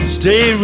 stay